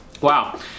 wow